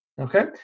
Okay